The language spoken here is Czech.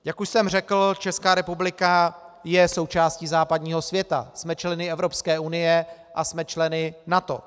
Jak už jsem řekl, Česká republika je součástí západního světa, jsme členy Evropské unie a jsme členy NATO.